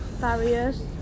barriers